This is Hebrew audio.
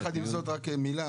יחד עם זאת רק מילה,